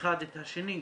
אחד את השני.